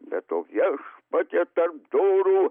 be toviešpatie tarp durų